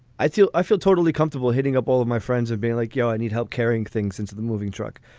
i feel i feel totally comfortable hitting up. all of my friends are being like, yo, i need help carrying things into the moving truck